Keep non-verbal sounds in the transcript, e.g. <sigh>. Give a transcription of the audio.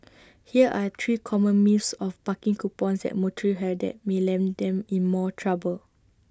<noise> here are three common myths of parking coupons that motorists have that may land them in more trouble